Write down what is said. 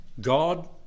God